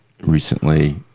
recently